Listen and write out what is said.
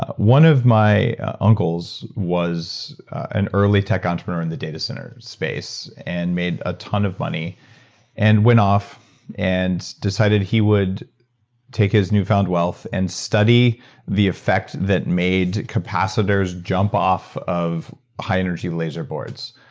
one of my uncles was an early tech entrepreneur in the data center space and made a ton of money and went off and decided he would take his new found wealth and study the effect that made capacitors jump off of a high energy laser boards,